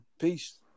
Peace